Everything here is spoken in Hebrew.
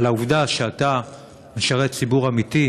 על העובדה שאתה משרת ציבור אמיתי,